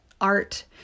art